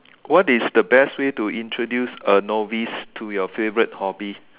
what is the best way to introduce a novice to your favourite hobby